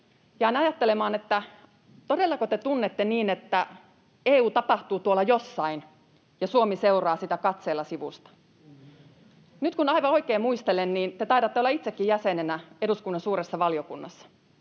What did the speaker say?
jäin ajattelemaan, että todellako te tunnette niin, että EU tapahtuu tuolla jossain ja Suomi seuraa sitä katseella sivusta. Nyt kun aivan oikein muistelen, niin te taidatte olla itsekin jäsenenä eduskunnan suuressa valiokunnassa,